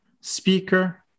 speaker